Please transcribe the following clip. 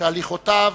שהליכותיו